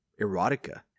erotica